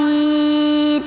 we